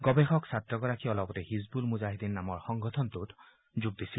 গৱেষক ছাত্ৰগৰাকীয়ে অলপতে হিজবুল মুজাহিদিন নামৰ সংগঠনটোত যোগ দিছিল